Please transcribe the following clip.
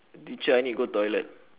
teacher I need go toilet